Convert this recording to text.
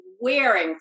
wearing